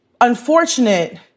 unfortunate